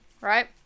right